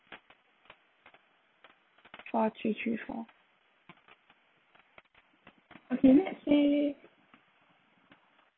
four three three four okay let's say